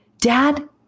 Dad